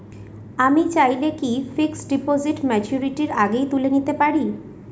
আমি চাইলে কি ফিক্সড ডিপোজিট ম্যাচুরিটির আগেই তুলে নিতে পারি?